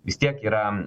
vis tiek yra